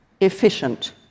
efficient